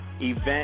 Event